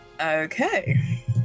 Okay